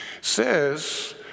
says